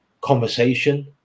conversation